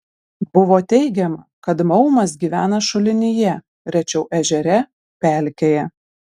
buvo teigiama kad maumas gyvena šulinyje rečiau ežere pelkėje